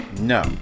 No